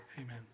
amen